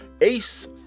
Ace